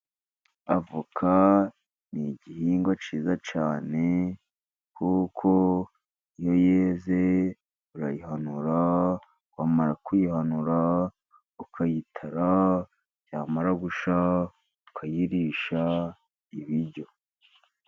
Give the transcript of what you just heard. Avoka ni igihingwa cyiza cyane. Kuko iyo yeze urayihanura, wamara kuyihanura ukayitara, yamara gushya ukayirisha ibiryo.